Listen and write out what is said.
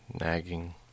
Nagging